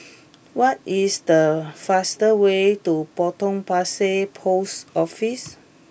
what is the fastest way to Potong Pasir Post Office